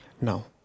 Now